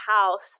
house